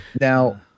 Now